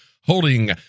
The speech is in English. holding